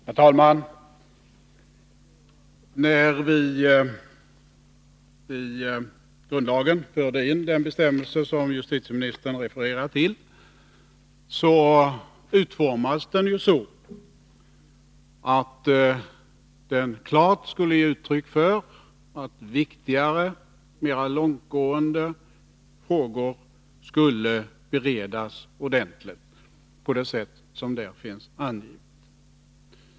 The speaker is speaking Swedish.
Herr talman! När vi förde in i grundlagen den bestämmelse som justitieministern refererade till utformades den ju så, att det skulle stå klart att viktigare och större frågor skulle beredas ordentligt.